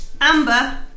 Amber